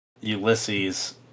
Ulysses